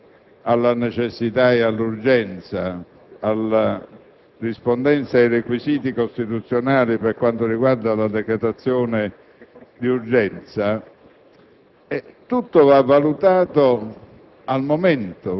Vorrei rispondere che quando si guarda alla necessità e all'urgenza, alla rispondenza ai requisiti costituzionali per quanto riguarda la decretazione d'urgenza,